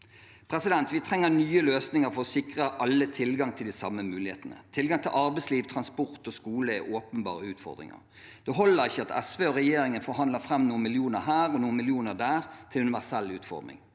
Vi trenger nye løsninger for å sikre alle tilgang til de samme mulighetene. Tilgang til arbeidsliv, transport og skole er åpenbare utfordringer. Det holder ikke at SV og regjeringen forhandler fram noen millioner her og noen millioner der til universell utforming.